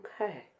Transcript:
Okay